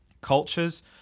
cultures